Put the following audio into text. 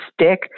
stick